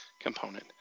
component